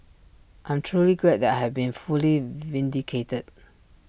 I'm truly glad that I have been fully vindicated